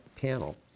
panel